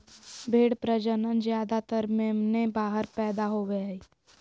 भेड़ प्रजनन ज्यादातर मेमने बाहर पैदा होवे हइ